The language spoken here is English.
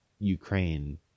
ukraine